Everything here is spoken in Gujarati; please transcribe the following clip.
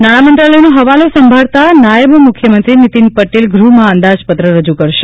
નાણા મંત્રાલયનો હવાલો સંભાળતા નાયબ મુખ્યમંત્રી શ્રી નિતિન પટેલ અંદાજપત્ર રજ્ કરશે